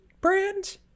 brand